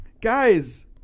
Guys